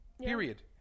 period